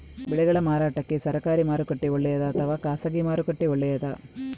ಬೆಳೆಗಳ ಮಾರಾಟಕ್ಕೆ ಸರಕಾರಿ ಮಾರುಕಟ್ಟೆ ಒಳ್ಳೆಯದಾ ಅಥವಾ ಖಾಸಗಿ ಮಾರುಕಟ್ಟೆ ಒಳ್ಳೆಯದಾ